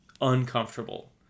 uncomfortable